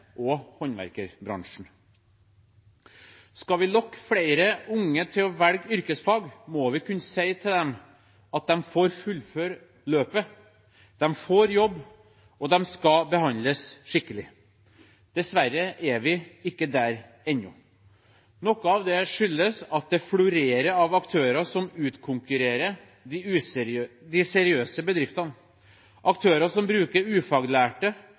og håndverksbransjen. Skal vi lokke flere unge til å velge yrkesfag, må vi kunne si til dem at de får fullføre løpet, at de får jobb, og at de skal behandles skikkelig. Dessverre er vi ikke der ennå. Noe av det skyldes at det florerer av aktører som utkonkurrerer de seriøse bedriftene – aktører som bruker ufaglærte